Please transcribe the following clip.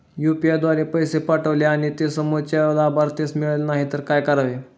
UPI द्वारे पैसे पाठवले आणि ते समोरच्या लाभार्थीस मिळाले नाही तर काय करावे?